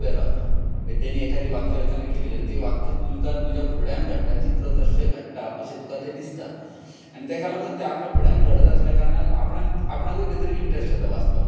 म्हाका ताणी एकादी वाक्य रचना केली जाल्यार ती वाक्य तुका तुज्या फुड्यांत घडटा चित्र तश्शें घडटा अशें तुका तें दिसता आनी ताका लागून तें आपल्या फुड्यांत घडत आसल्या कारणान आपणाकूय तातूंत इंट्रस्ट येता वाचपाक